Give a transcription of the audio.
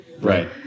Right